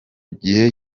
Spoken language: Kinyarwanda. gihe